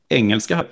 engelska